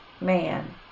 man